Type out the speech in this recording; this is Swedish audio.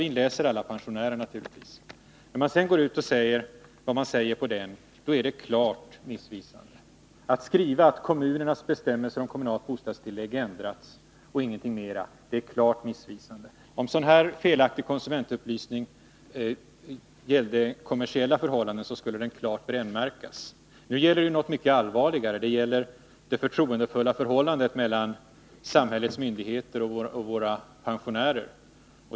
Men i det här fallet är informationen på pensionsavin klart missvisande. minskade bostads Att enbart skriva att kommunerna bestämmer när det kommande tillägg bostadstillägget ändrats är klart missvisande. Felaktig konsumentupplysning av detta slag skulle när det gäller kommersiella förhållanden klart brännmärkas. Nu gäller det något mycket allvarligare. Det gäller det förtroendefulla förhållandet mellan samhällets myndigheter och våra pen sionärer.